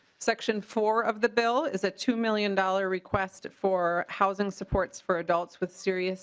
section four of the bill is a two million dollars request for housing support for adults with serious